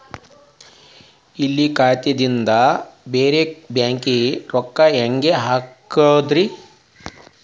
ಇಲ್ಲಿ ಖಾತಾದಿಂದ ಬೇರೆ ಬ್ಯಾಂಕಿಗೆ ರೊಕ್ಕ ಹೆಂಗ್ ಹಾಕೋದ್ರಿ?